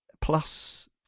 plus